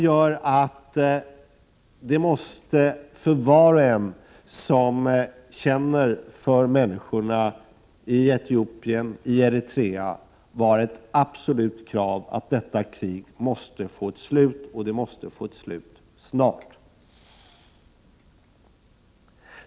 För var och en som känner för människorna i Etiopien och Eritrea måste det vara ett absolut krav att kriget snart får ett slut.